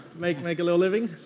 make make a little living.